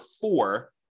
four